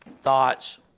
thoughts